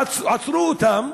עצרו אותם,